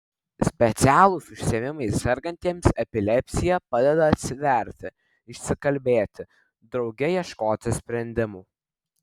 specialūs užsiėmimai sergantiems epilepsija padeda atsiverti išsikalbėti drauge ieškoti sprendimų